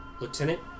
lieutenant